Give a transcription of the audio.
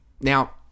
Now